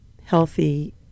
healthy